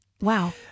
Wow